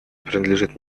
принадлежит